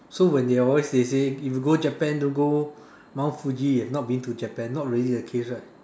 so when they always they say if you go Japan don't go Mount Fuji you've not been to Japan not really the case right